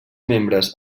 membres